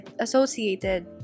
associated